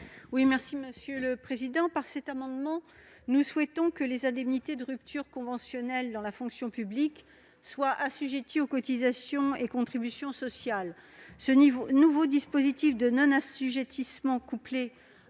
est à Mme Laurence Cohen. Par cet amendement, nous souhaitons que les indemnités de rupture conventionnelle dans la fonction publique soient assujetties aux cotisations et contributions sociales. Ce nouveau dispositif de non-assujettissement, couplé